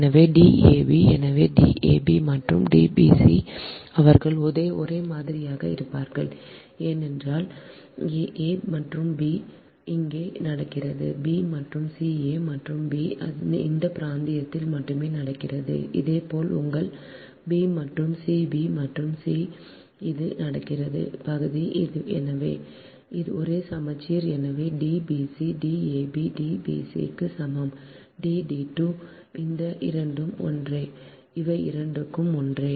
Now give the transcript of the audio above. எனவே D ab எனவே D ab மற்றும் D bc அவர்கள் ஒரே மாதிரியாக இருக்கும் ஏனென்றால் a a மற்றும் b இங்கே நடக்கிறது b மற்றும் c a மற்றும் b இந்த பிராந்தியத்தில் மட்டுமே நடக்கிறது இதேபோல் உங்கள் b மற்றும் c b மற்றும் c இது நடக்கிறது பகுதி எனவே ஒரே சமச்சீர் எனவே D bc D ab D bc க்கு சமம் D d 2 இந்த இரண்டும் ஒன்றே இவை இரண்டும் ஒன்றே